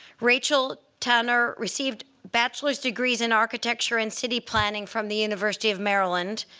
rachel tanner received bachelor's degrees in architecture and city planning from the university of maryland,